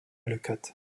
leucate